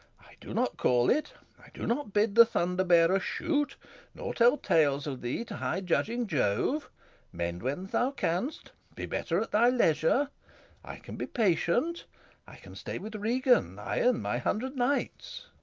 i do not call it i do not bid the thunder-bearer shoot nor tell tales of thee to high-judging jove mend when thou canst be better at thy leisure i can be patient i can stay with regan, i and my hundred knights.